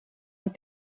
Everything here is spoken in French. ont